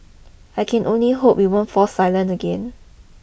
I can only hope we won't fall silent again